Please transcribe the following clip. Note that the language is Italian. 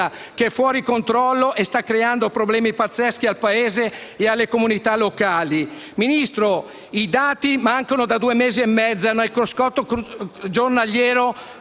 che è fuori controllo e sta creando problemi pazzeschi al Paese e alle comunità locali. I dati mancano da due mesi e mezzo e nel cruscotto giornaliero